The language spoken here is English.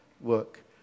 work